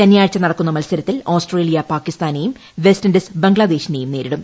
ശനിയാഴ്ച നടക്കുന്ന മത്സരത്തിൽ ഓസ്ട്രേലിയ പാകിസ്ഥാനെയും വെസ്റ്റിൻഡീസ് ബംഗ്ലാദേശിനെയും നേരിടും